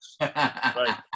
Right